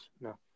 No